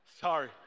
Sorry